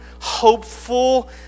hopeful